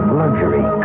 luxury